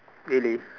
really